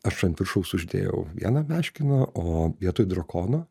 aš ant viršaus uždėjau vieną meškiną o vietoj drakono